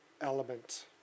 Element